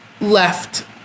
left